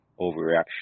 overreaction